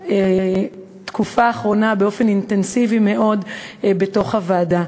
ובתקופה האחרונה באופן אינטנסיבי מאוד בתוך הוועדה.